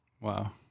Wow